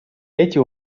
эти